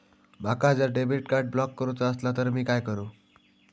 माका जर debit card block करूचा असला तर मी काय करू?